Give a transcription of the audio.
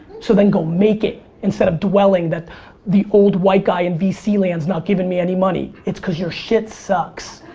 so then go make it instead of dwelling that the old white guy in vc land's not giving me any money. it's cause your shit sucks.